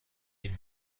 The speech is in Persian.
این